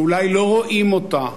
שאולי לא רואים אותה,